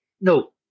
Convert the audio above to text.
no